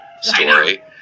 story